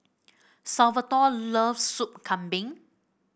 Salvatore loves Sup Kambing